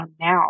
now